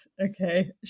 Okay